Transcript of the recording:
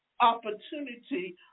opportunity